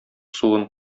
суын